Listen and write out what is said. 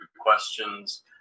questions